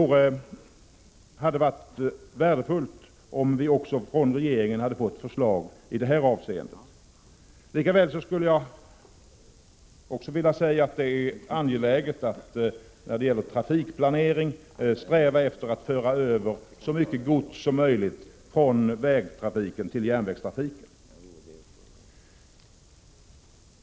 Det hade varit värdefullt om vi från regeringen hade fått förslag också i detta avseende. Det är också angeläget att vid trafikplanering sträva efter att föra över så mycket godstransporter som möjligt från vägtrafik till järnvägstrafik.